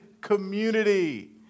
community